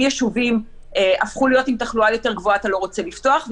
יישובים הפכו להיות עם תחלואה יותר גבוהה אתה לא רוצה לפתוח,